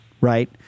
right